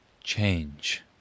change